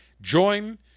Join